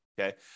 Okay